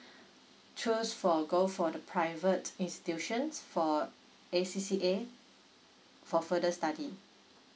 choose for go for the private institutions for A_C_C_A for further study